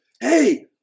hey